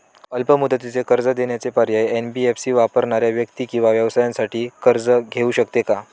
अल्प मुदतीचे कर्ज देण्याचे पर्याय, एन.बी.एफ.सी वापरणाऱ्या व्यक्ती किंवा व्यवसायांसाठी कर्ज घेऊ शकते का?